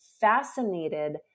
fascinated